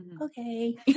okay